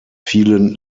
vielen